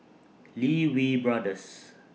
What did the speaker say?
Lee Wee Brothers